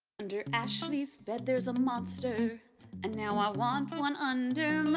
under ashley's bed there's a monster and now i want one under